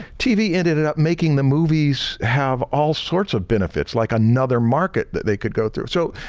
tv ended and up making the movies have all sorts of benefits like another market that they could go through. so ah,